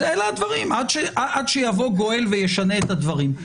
עד שיבוא גואל וישנה את הדברים.